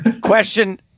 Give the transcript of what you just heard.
Question